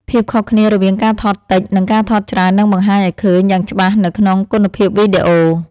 ភាពខុសគ្នារវាងការថតតិច និង ការថតច្រើននឹងបង្ហាញឱ្យឃើញយ៉ាងច្បាស់នៅក្នុងគុណភាពវីដេអូ។